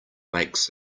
makes